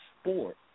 sport